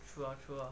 sure sure